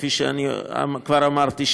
כפי שכבר אמרתי,